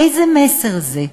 איזה מסר זה?